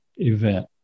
event